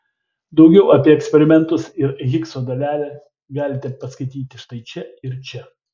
daugiau apie eksperimentus ir higso dalelę galite paskaityti štai čia ir čia